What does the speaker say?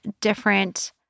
different